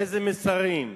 איזה מין מסרים,